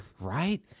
right